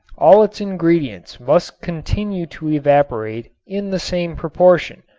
all its ingredients must continue to evaporate in the same proportion,